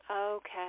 Okay